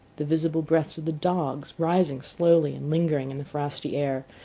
the visible breaths of the dogs rising slowly and lingering in the frosty air.